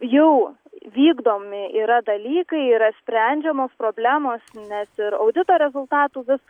jau vykdomi yra dalykai yra sprendžiamos problemos nes ir audito rezultatų vis